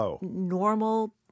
normal